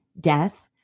death